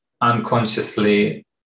unconsciously